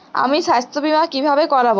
আমি স্বাস্থ্য বিমা কিভাবে করাব?